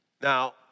Now